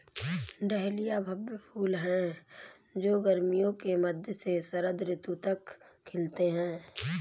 dahlia भव्य फूल हैं जो गर्मियों के मध्य से शरद ऋतु तक खिलते हैं